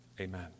Amen